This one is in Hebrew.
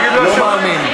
לא מאמין.